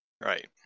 Right